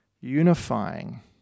unifying